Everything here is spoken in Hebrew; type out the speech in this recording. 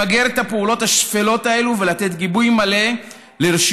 למגר את הפעולות השפלות האלה ולתת גיבוי מלא לרשויות